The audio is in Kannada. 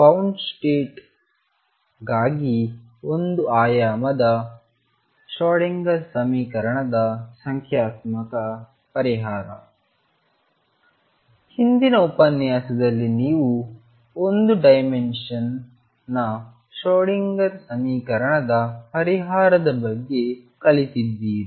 ಬೌಂಡ್ ಸ್ಟೇಟ್ಸ್ ಗಾಗಿ ಒಂದು ಆಯಾಮದ ಶ್ರೋಡಿಂಗರ್ ಸಮೀಕರಣದ ಸಂಖ್ಯಾತ್ಮಕ ಪರಿಹಾರ II ಹಿಂದಿನ ಉಪನ್ಯಾಸದಲ್ಲಿ ನೀವು ಒಂದು ಡೈಮೆನ್ಶನ್ನ ಶ್ರೋಡಿಂಗರ್ ಸಮೀಕರಣದ ಪರಿಹಾರದ ಬಗ್ಗೆ ಕಲಿತಿದ್ದೀರಿ